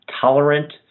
tolerant